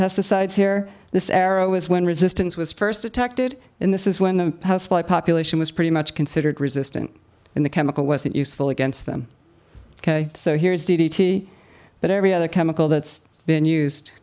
pesticides here this arrow is when resistance was first detected in this is when the population was pretty much considered resistant in the chemical wasn't useful against them ok so here is d d t but every other chemical that's been used